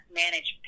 manage